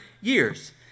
years